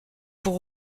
pour